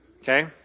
Okay